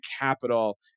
capital